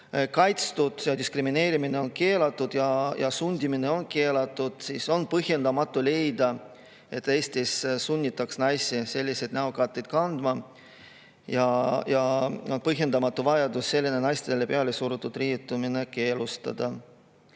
kaitstud, diskrimineerimine on keelatud ja sundimine on keelatud, on põhjendamatu leida, et Eestis sunnitaks naisi selliseid näokatteid kandma ja on põhjendamatu vajadus selline naistele peale surutud riietumine keelustada.